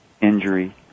injury